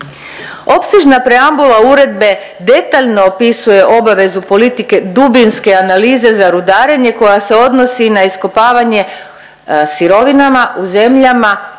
Opsežna preambula uredbe detaljno opisuje obavezu politike dubinske analize za rudarenje koja se odnosi na iskopavanje sirovinama u zemljama